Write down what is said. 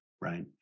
right